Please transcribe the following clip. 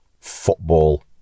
football